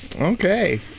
okay